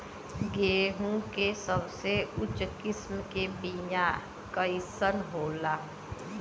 गेहूँ के सबसे उच्च किस्म के बीया कैसन होला?